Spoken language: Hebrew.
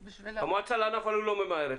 המועצה לענף הלול לא ממהרת,